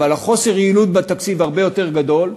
אבל חוסר היעילות בתקציב הרבה יותר גדול,